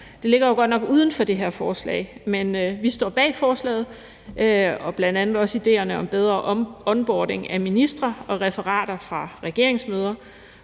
Det ligger godt nok uden for det her forslag, men vi står bag forslaget, og bl.a. også idéerne om bedre onboarding af ministre og referater fra regeringsmøder,